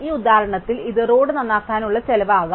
ഈ ഉദാഹരണത്തിൽ ഇതു റോഡ് നന്നാക്കുന്നതിനുള്ള ചെലവ് ആകാം